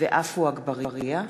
ועפו אגבאריה,